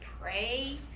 pray